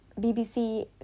BBC